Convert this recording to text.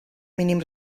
mínim